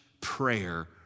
prayer